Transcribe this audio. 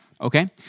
okay